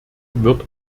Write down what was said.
wird